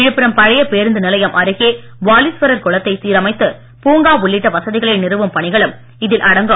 விழுப்புரம் பழைய பேருந்து நிலையம் அருகே வாலீஸ்வரர் குளத்தை சீரமைத்து பூங்கா உள்ளிட்ட வசதிகளை நிறுவும் பணிகளும் இதில் அடங்கும்